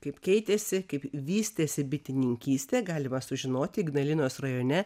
kaip keitėsi kaip vystėsi bitininkyste galima sužinoti ignalinos rajone